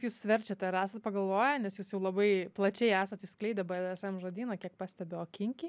jūs verčiate ar esat pagalvoję nes jūs jau labai plačiai esą išskleidę bdsm žodyną kiek pastebiu o kinki